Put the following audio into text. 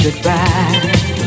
goodbye